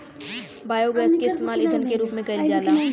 biogas के इस्तेमाल ईधन के रूप में कईल जाला